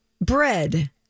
Bread